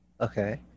Okay